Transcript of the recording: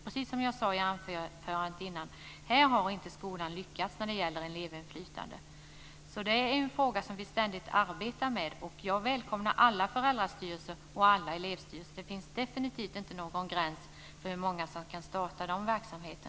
Precis som jag sade i mitt anförande har inte skolan lyckats när det gäller elevinflytandet, så det är en fråga som vi ständigt arbetar med. Jag välkomnar alla föräldrastyrelser och alla elevstyrelser. Det finns definitivt inte någon gräns för hur många som kan starta dessa verksamheter.